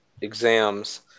exams